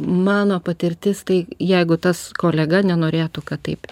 mano patirtis tai jeigu tas kolega nenorėtų kad taip